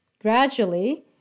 Gradually